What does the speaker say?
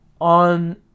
On